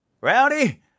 Rowdy